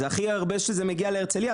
זה הכי הרבה מגיע להרצליה,